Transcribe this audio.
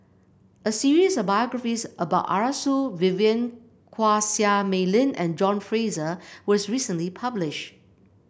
a series of biographies about Arasu Vivien Quahe Seah Mei Lin and John Fraser was recently publish